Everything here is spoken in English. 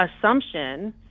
assumption